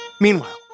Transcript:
Meanwhile